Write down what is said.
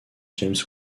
james